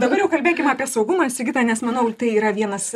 dabar jau kalbėkim apie saugumą sigita nes manau tai yra vienas